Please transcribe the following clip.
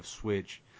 switch